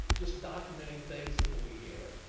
just documenting things that we hear.